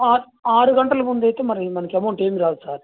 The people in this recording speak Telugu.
ఆర్ ఆరు గంటల ముందు అయితే మరి మనకి అమౌంట్ ఏమీ రాదు సార్